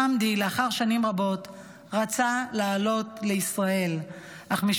חמדי רצה לעלות לישראל לאחר שנים רבות,